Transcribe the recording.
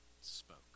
spoke